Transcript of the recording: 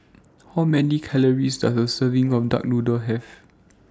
How Many Calories Does A Serving of Duck Noodle Have